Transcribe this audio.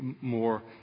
more